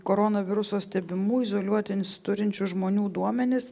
koronaviruso stebimų izoliuotis turinčių žmonių duomenys